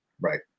Right